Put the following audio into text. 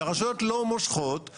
שהרשויות לא מושכות,